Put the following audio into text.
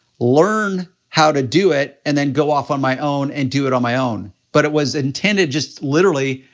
learn how to do it, and then go off on my own and do it on my own, but it was intended just, literally,